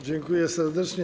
Dziękuję serdecznie.